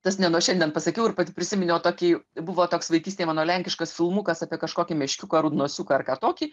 tas ne nuo šiandien pasakiau ir pati prisiminiau tokį buvo toks vaikystėj mano lenkiškas filmukas apie kažkokį meškiuką rudnosiuką ar ką tokį